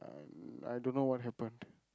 uh I don't know what happened